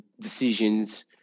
decisions